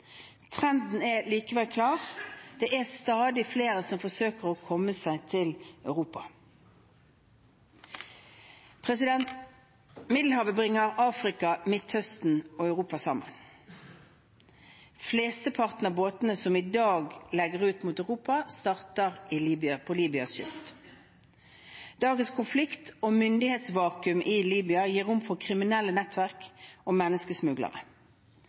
Trenden er likevel klar: Det er stadig flere som forsøker å komme seg til Europa. Middelhavet bringer Afrika, Midtøsten og Europa sammen. Flesteparten av båtene som i dag legger ut mot Europa, starter ved Libyas kyst. Dagens konflikt og myndighetsvakuum i Libya gir rom for kriminelle nettverk og menneskesmuglere.